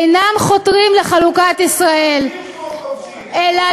אינם חותרים לחלוקת ישראל, אתם